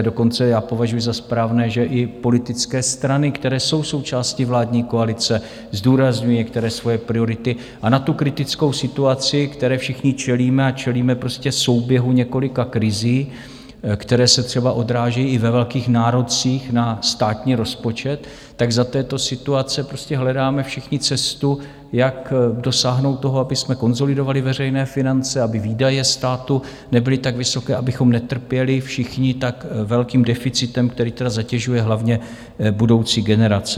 Dokonce považuji za správné, že i politické strany, které jsou součástí vládní koalice, zdůrazňují některé svoje priority a na kritickou situaci, které všichni čelíme a čelíme souběhu několika krizí, které se třeba odrážejí i ve velkých nárocích na státní rozpočet tak za této situace prostě hledáme všichni cestu, jak dosáhnout toho, abychom konsolidovali veřejné finance, aby výdaje státu nebyly tak vysoké, abychom netrpěli všichni tak velkým deficitem, který tedy zatěžuje hlavně budoucí generace.